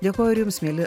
dėkoju ir jums mieli